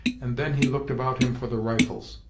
and then he looked about him for the rifles.